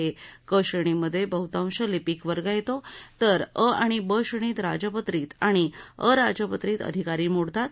क श्रेणीमधे बहृतांश लिपीक वर्ग येतो तर अ आणि ब श्रेणीत राजपत्रित आणि अराज पत्रित अधिकारी मोडतात